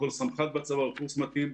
כל סמח"ט בצבא עובר קורס מתאים.